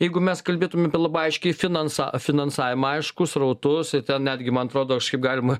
jeigu mes kalbėtume apie labai aiškiai finansa finansavimą aišku srautus ir ten netgi man atrodo kažkaip galima